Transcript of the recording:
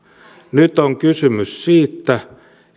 nyt on kysymys siitä